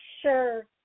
sure